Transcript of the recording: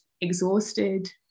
exhausted